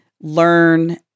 learn